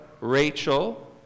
Rachel